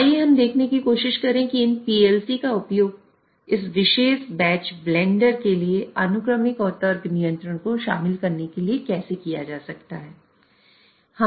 आइए हम यह देखने की कोशिश करें कि इन PLC का उपयोग इस विशेष बैच ब्लेंडर के लिए अनुक्रमिक और तर्क नियंत्रण को शामिल करने के लिए कैसे किया जा सकता है